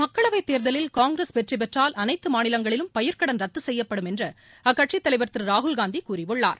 மக்களவை தேர்தலில் காங்கிரஸ் வெற்றி பெற்றால் அனைத்து மாநிலங்களிலும் பயிர்க்கடன் ரத்து செய்யப்படும் என்று அக்கட்சியின் தலைவர் திரு ராகுல் காந்தி கூறியுள்ளார்